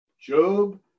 Job